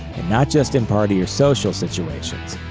not just in party or social situations.